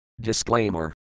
Disclaimer